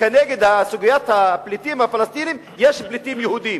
כנגד סוגיית הפליטים הפלסטינים, יש פליטים יהודים,